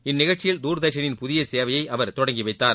இந்தநிகழ்ச்சியில் தூர்தர்ஷனின் புதியசேவையைஅவர் தொடங்கிவைத்தார்